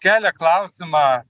kelia klausimą